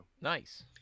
Nice